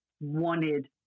wanted